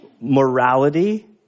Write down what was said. morality